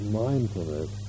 mindfulness